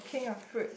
king of fruits